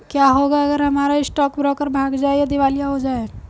क्या होगा अगर हमारा स्टॉक ब्रोकर भाग जाए या दिवालिया हो जाये?